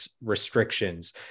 restrictions